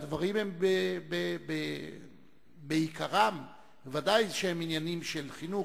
הדברים הם בעיקרם, ודאי שהם עניינים של חינוך,